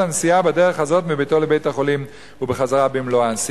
הנסיעה בדרך הזו מביתו לבית-החולים ובחזרה במלואן".